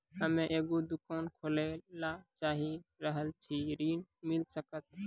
हम्मे एगो दुकान खोले ला चाही रहल छी ऋण मिल सकत?